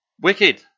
wicked